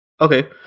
Okay